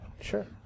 sure